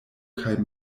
kaj